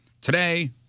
Today